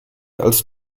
als